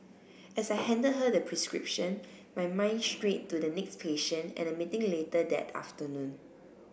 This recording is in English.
as I handed her the prescription my mind strayed to the next patient and a meeting later that afternoon